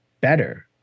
better